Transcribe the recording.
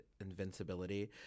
invincibility